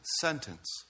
sentence